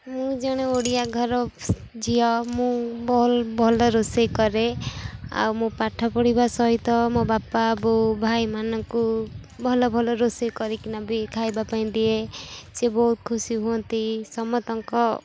ମୁଁ ଜଣେ ଓଡ଼ିଆ ଘର ଝିଅ ମୁଁ ଭଲ ଭଲ ରୋଷେଇ କରେ ଆଉ ମୁଁ ପାଠ ପଢ଼ିବା ସହିତ ମୋ ବାପା ବୋଉ ଭାଇମାନଙ୍କୁ ଭଲ ଭଲ ରୋଷେଇ କରିକିନା ବି ଖାଇବା ପାଇଁ ଦିଏ ସିଏ ବହୁତ ଖୁସି ହୁଅନ୍ତି ସମସ୍ତଙ୍କ